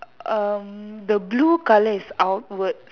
um the blue colour is outwards